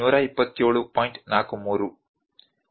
43 volt ಆಗಿರುತ್ತದೆ